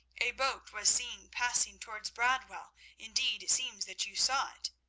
a boat was seen passing towards bradwell indeed, it seems that you saw it,